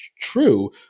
true